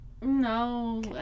No